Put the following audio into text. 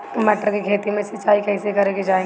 मटर के खेती मे सिचाई कइसे करे के चाही?